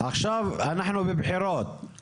עכשיו אנחנו בבחירות,